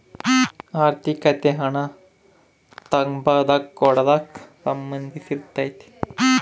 ಆರ್ಥಿಕತೆ ಹಣ ತಗಂಬದು ಕೊಡದಕ್ಕ ಸಂದಂಧಿಸಿರ್ತಾತೆ